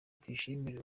tuyishimire